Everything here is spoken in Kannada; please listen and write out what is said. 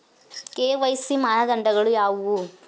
ಕೆ.ವೈ.ಸಿ ಮಾನದಂಡಗಳು ಯಾವುವು?